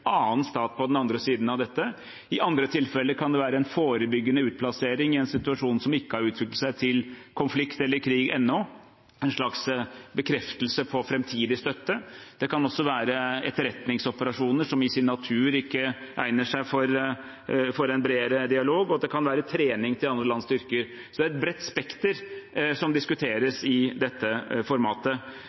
annen stat på den andre siden av dette. I andre tilfeller kan det være en forebyggende utplassering i en situasjon som ikke har utviklet seg til konflikt eller krig ennå, en slags bekreftelse på framtidig støtte. Det kan også være etterretningsoperasjoner som i sin natur ikke egner seg for en bredere dialog, og det kan være trening til andre lands styrker. Så det er et bredt spekter som diskuteres i dette formatet.